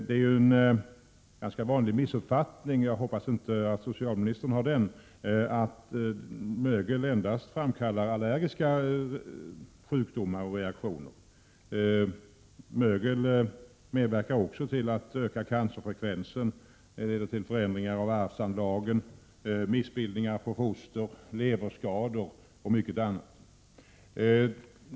Det är en ganska vanlig missuppfattning — jag hoppas att inte socialministern delar den — att mögel endast framkallar allergiska sjukdomar och reaktioner. Men mögel medverkar också till att öka cancerfrekvensen, till förändringar av arvsanlagen, missbildningar på foster, leverskador och mycket annat.